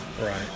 right